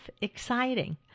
exciting